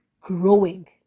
growing